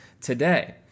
today